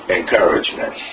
encouragement